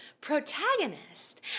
protagonist